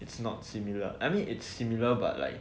it's not similar I mean it's similar but like